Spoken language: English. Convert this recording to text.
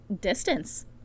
distance